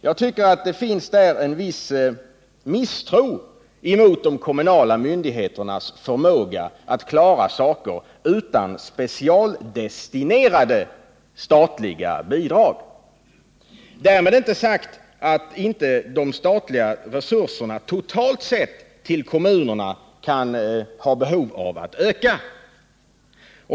Jag tycker reservationen andas en viss misstro mot de kommunala myndigheternas förmåga att klara saker och ting utan specialdestinerade statliga bidrag. Därmed inte sagt att det inte kan finnas ett behov av att totalt sett öka de statliga resurserna till kommunerna.